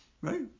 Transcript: right